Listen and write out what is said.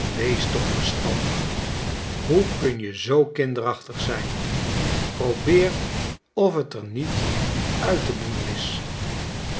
wees toch verstandig hoe kun je zoo kinderachtig zijn probeer of het er niet uit te boenen is